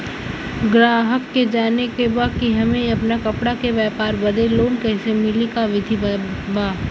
गराहक के जाने के बा कि हमे अपना कपड़ा के व्यापार बदे लोन कैसे मिली का विधि बा?